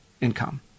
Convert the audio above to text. income